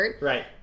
Right